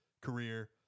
career